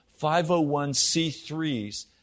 501c3s